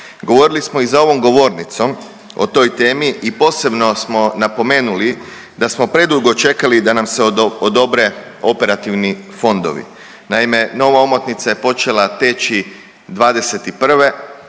Govorili smo i za ovom govornicom o toj temi i posebno smo napomenuli da smo predugo čekali da nam se odobre operativni fondovi. Naime, nova omotnica je počela teći '21.,